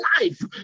life